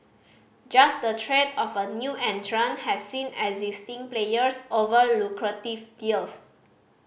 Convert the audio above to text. just the threat of a new entrant has seen existing players over lucrative deals